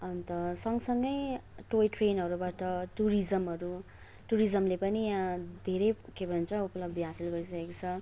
अन्त सँगसँगै टोय ट्रेनहरूबाट टुरिज्महरू टुरिज्मले पनि यहाँ धेरै के भन्छ उपलब्धि हासिल गरिसकेको छ